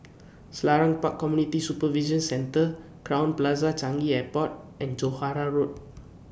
Selarang Park Community Supervision Centre Crowne Plaza Changi Airport and Johore Road